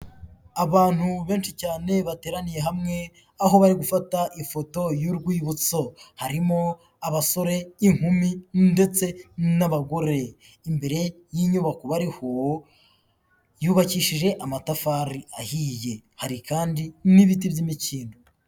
Abantu benshi cyane bateraniye hamwe aho bari gufata ifoto y'urwibutso, harimo abasore, inkumi ndetse n'abagore, imbere y'inyubako bariho yubakishije amatafari ahiye, hari kandi n'ibiti by'imikindo.